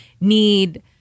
need